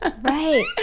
right